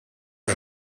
are